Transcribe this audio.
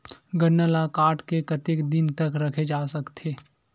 गन्ना ल काट के कतेक दिन तक रखे जा सकथे?